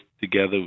together